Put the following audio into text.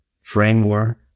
framework